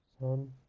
Son